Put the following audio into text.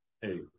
Hey